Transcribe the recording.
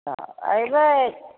तऽ अयबै